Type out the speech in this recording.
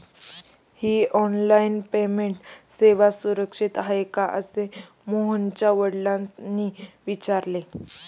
ही online payment सेवा सुरक्षित आहे का असे मोहनच्या वडिलांनी विचारले